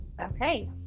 Okay